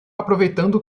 aproveitando